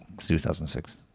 2006